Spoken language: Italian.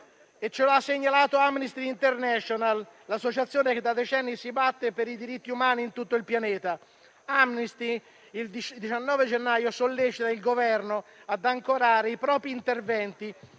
e ce lo ha segnalato Amnesty International, l'associazione che da decenni si batte per i diritti umani in tutto il pianeta. Amnesty, il 19 gennaio, sollecita il Governo ad ancorare i propri interventi